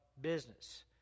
business